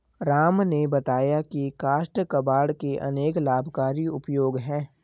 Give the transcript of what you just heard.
राम ने बताया की काष्ठ कबाड़ के अनेक लाभकारी उपयोग हैं